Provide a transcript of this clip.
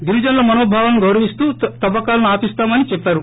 గిరిజనుల మనోభావాలను గౌరవిస్తూ తవ్వకాలను ఆపిస్తామని చెప్పారు